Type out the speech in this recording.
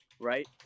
right